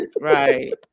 Right